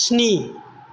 स्नि